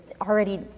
already